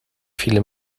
viele